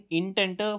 intent